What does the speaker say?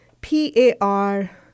P-A-R